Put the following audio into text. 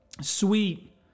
sweet